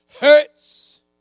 hurts